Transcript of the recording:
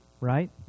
Right